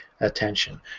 Attention